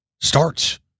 starts